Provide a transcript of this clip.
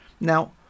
Now